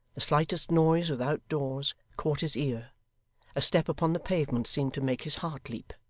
the slightest noise without doors, caught his ear a step upon the pavement seemed to make his heart leap.